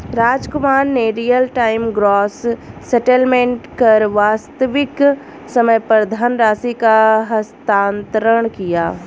रामकुमार ने real time gross settlement कर वास्तविक समय पर धनराशि का हस्तांतरण किया